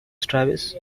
travis